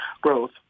growth